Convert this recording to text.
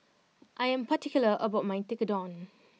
I am particular about my Tekkadon